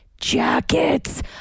jackets